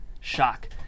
Shock